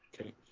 Okay